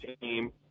team